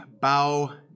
bow